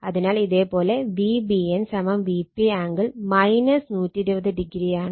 അതിനാൽ ഇതേ പോലെ Vbn Vp ആംഗിൾ 120o ആണ്